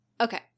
Okay